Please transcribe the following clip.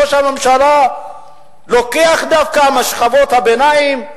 ראש הממשלה לוקח דווקא משכבות הביניים,